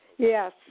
Yes